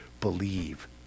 believe